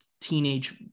teenage